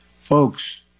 Folks